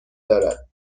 دارد